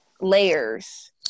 layers